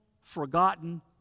forgotten